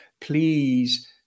please